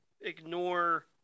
ignore